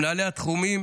מנהלי התחומים